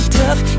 tough